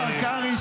השר קרעי,